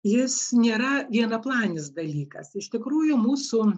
jis nėra vienaplanis dalykas iš tikrųjų mūsų